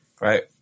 right